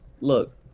Look